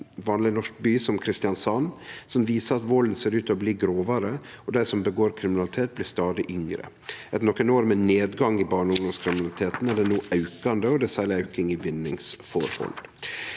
ein vanleg norsk by som Kristiansand, som viser at valden ser ut til å bli grovare, og dei som utfører kriminalitet, blir stadig yngre. Etter nokon år med nedgang i barne- og ungdomskriminaliteten er det no aukande, og det er særleg auking i vinningsforhold.